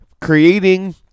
creating